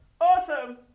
awesome